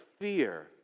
fear